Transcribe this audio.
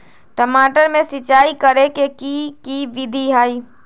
टमाटर में सिचाई करे के की विधि हई?